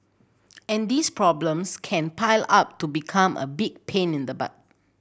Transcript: and these problems can pile up to become a big pain in the butt